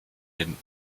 den